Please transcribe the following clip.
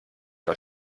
das